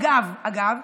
אגב,